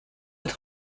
être